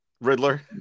Riddler